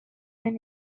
than